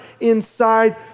inside